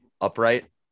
upright